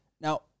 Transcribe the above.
Now